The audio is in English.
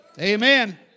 Amen